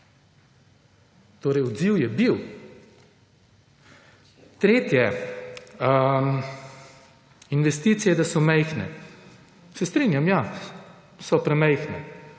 Torej, odziv je bil. Tretje, investicije, da so majhne. Se strinjam ja, so premajhne,